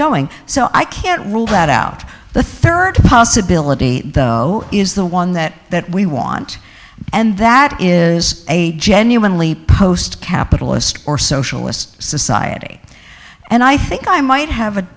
going so i can't rule that out the rd possibility though is the one that that we want and that is a genuinely post capitalist or socialist society and i think i might have a